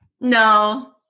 No